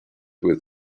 with